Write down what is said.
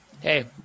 Hey